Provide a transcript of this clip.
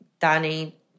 Danny